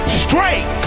straight